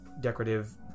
decorative